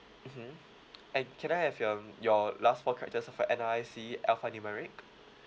mmhmm and can I have your your last four characters of N_R_I_C alphanumeric